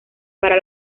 para